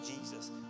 Jesus